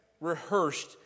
rehearsed